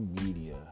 Media